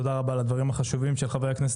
תודה רבה על הדברים החשובים של חבר הכנסת